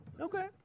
Okay